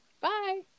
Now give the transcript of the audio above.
Bye